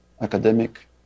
academic